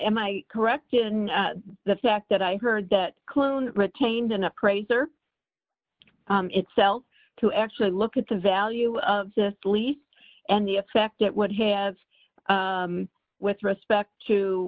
am i correct in the fact that i heard that clone retained an appraiser itself to actually look at the value of the lease and the effect it would have with respect to